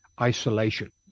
isolation